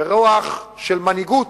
ברוח של מנהיגות,